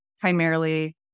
primarily